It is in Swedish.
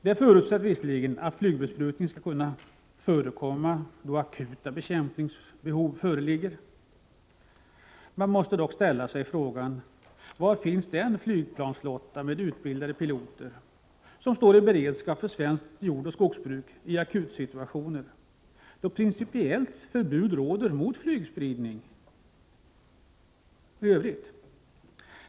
Det förutsätts visserligen att flygbesprutning skall kunna förekomma då akuta bekämpningsbehov föreligger. Man måste dock ställa sig frågan: Var finns den flygplansflotta med utbildade piloter som står i beredskap för svenskt jordoch skogsbruk i akutsituationer, då principiellt förbud råder mot flygspridning i övrigt?